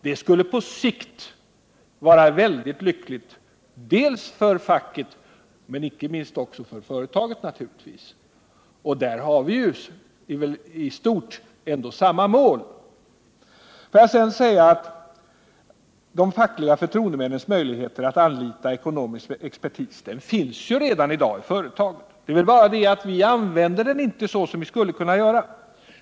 Det skulle på sikt vara mycket lyckligt dels för facket, dels — och inte minst — för företaget. Där har vi i stort sett samma mål. De fackliga förtroendemännens möjligheter att anlita ekonomisk expertis finns redan i företagen. Det är bara det att vi inte använder oss av de möjligheterna på det sätt som vi skulle kunna göra.